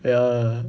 ya